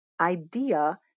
idea